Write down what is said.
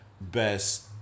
best